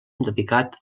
dedicat